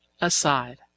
Aside